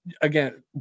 again